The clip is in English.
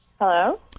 Hello